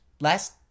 last